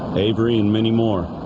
avery and many more